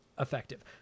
Effective